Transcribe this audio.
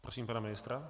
Prosím pana ministra.